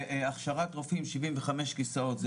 והכשרת רופאים 75 כסאות זה יפה,